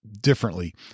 differently